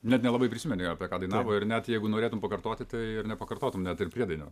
net nelabai prisimeni apie ką dainavo ir net jeigu norėtum pakartoti tai ir nepakartotum net ir priedainio